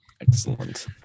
Excellent